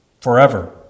Forever